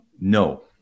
no